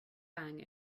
bang